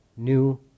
new